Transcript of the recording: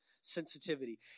sensitivity